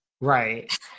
Right